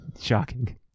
Shocking